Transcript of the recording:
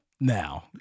now